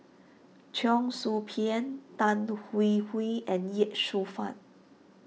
Cheong Soo Pieng Tan Hwee Hwee and Ye Shufang